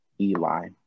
Eli